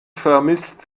vermisst